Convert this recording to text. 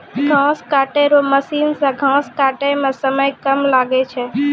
घास काटै रो मशीन से घास काटै मे समय कम लागै छै